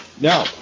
Now